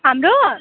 हाम्रो